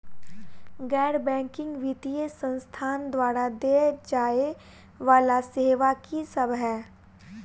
गैर बैंकिंग वित्तीय संस्थान द्वारा देय जाए वला सेवा की सब है?